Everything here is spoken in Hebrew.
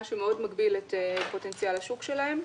מה שמגביל מאוד את פוטנציאל השוק שלהן.